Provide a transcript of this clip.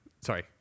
sorry